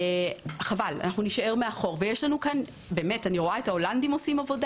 אני רואה את מה שעושים ההולנדים,